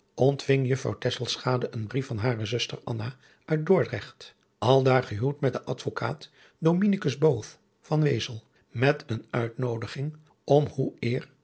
ontving juffrouw tesselschade een brief van hare zuster anna uit dordrecht aldaar gehuwd met den advocaat dominicus booth van wezel met eene uitnoodiging om hoe eer